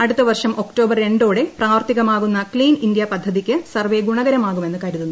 അടുത്ത വർഷം ഒക്ടോബർ രണ്ടോടെ പ്രാവർത്തികുമാകുന്ന ക്സീൻ ഇന്ത്യ പദ്ധതിക്ക് സർവേ ഗുണകരമാകുമെന്ന് കർുതുന്നു